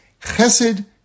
chesed